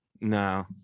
no